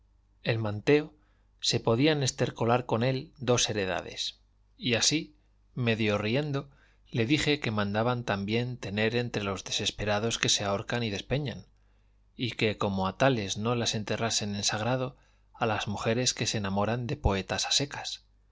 el manteo se podían estercolar con él dos heredades y así medio riendo le dije que mandaban también tener entre los desesperados que se ahorcan y despeñan y que como a tales no las enterrasen en sagrado a las mujeres que se enamoran de poeta a secas